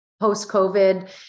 post-COVID